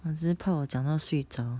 我只是怕我讲到睡着